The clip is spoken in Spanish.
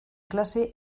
clase